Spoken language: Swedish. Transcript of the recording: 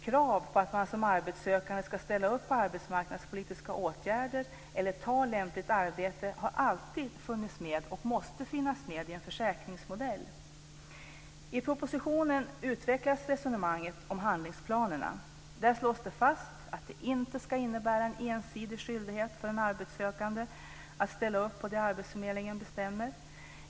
Krav på att man som arbetssökande ska ställa upp på arbetsmarknadspolitiska åtgärder eller ta lämpligt arbete har alltid funnits med och måste finnas med i en försäkringsmodell. I propositionen utvecklas resonemanget om handlingsplanerna. Där slås det fast att det inte ska innebära en ensidig skyldighet för den arbetssökande att ställa upp på det arbetsförmedlingen bestämmer.